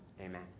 Amen